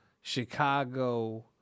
Chicago